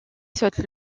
saute